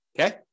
okay